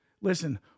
listen